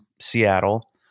Seattle